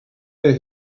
der